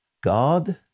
God